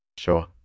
Sure